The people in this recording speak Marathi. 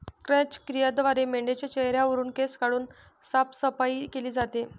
क्रॅच क्रियेद्वारे मेंढाच्या चेहऱ्यावरुन केस काढून साफसफाई केली जाते